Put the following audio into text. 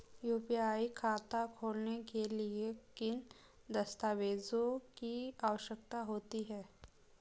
UPI खाता खोलने के लिए किन दस्तावेज़ों की आवश्यकता होती है?